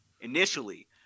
Initially